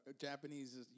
Japanese